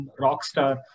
Rockstar